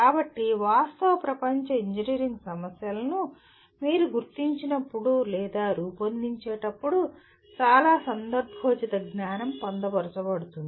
కాబట్టి వాస్తవ ప్రపంచ ఇంజనీరింగ్ సమస్యలను మీరు గుర్తించినప్పుడు లేదా రూపొందించేటప్పుడు చాలా సందర్భోచిత జ్ఞానం పొందుపరచబడుతుంది